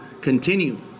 continue